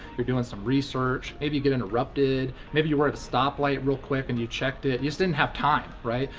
you're doing some research, maybe you get interrupted, maybe you were at a stoplight real quick and you checked it, you just didn't have time, right?